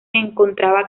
encontraba